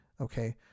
okay